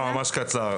ממש קצר.